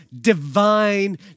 divine